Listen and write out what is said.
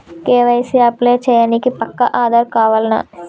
KYC apply చేయనీకి పక్కా ఆధార్ కావాల్నా?